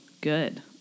good